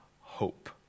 hope